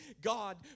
God